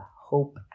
hope